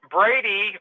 Brady